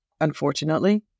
unfortunately